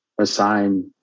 assign